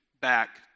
back